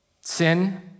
Sin